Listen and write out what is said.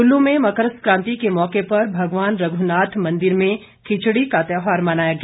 कुल्लू में मकर सकांति के मौके पर भगवान रघुनाथ मंदिर में खिचड़ी का त्यौहार मनाया गया